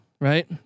right